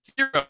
Zero